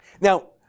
Now